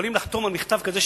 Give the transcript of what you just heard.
יכולים לחתום על מכתב כזה,